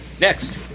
Next